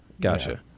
Gotcha